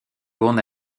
bon